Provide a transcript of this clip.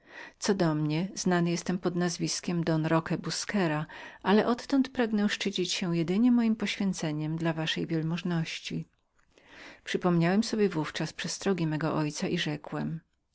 co do mnie znany jestem pod nazwiskiem don roque busquera ale odtąd pragnę tylko odznaczać się mojem poświęceniem dla usług jaśnie wielmożnego pana przypomniałem sobie na ówczas przestrogi mego ojca i rzekłem